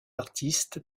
artistes